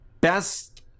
best